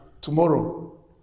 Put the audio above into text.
tomorrow